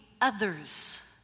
others